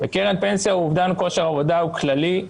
בקרן פנסיה אובדן כושר העבודה הוא כללי,